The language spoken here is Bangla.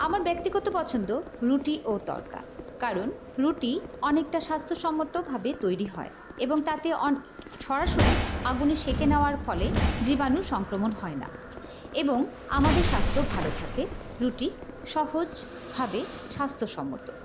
আমার ব্যক্তিগত পছন্দ রুটি ও তড়কা কারণ রুটি অনেকটা স্বাস্থ্যসম্মতভাবে তৈরি হয় এবং তাতে সরাসরি আগুনে সেঁকে নেওয়ার ফলে জীবাণু সংক্রমণ হয় না এবং আমাদের স্বাস্থ্য ভালো থাকে রুটি সহজভাবে স্বাস্থ্যসম্মত